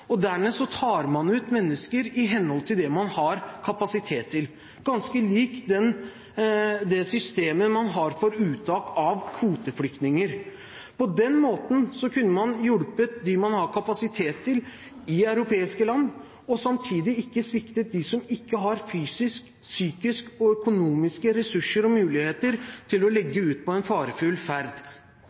og dernest tar man ut mennesker i henhold til det man har kapasitet til. Det er ganske likt det systemet man har for uttak av kvoteflyktninger. På den måten kunne man hjulpet dem man har kapasitet til i europeiske land, og samtidig ikke sviktet de som ikke har fysiske, psykiske eller økonomiske ressurser og muligheter til å legge ut på en farefull ferd.